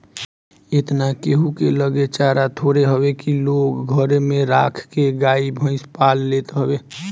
एतना केहू के लगे चारा थोड़े हवे की लोग घरे में राख के गाई भईस पाल लेत हवे